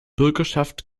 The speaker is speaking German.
bürgerschaft